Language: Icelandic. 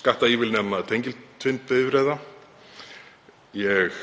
skattaívilnana tengiltvinnbifreiða. Ég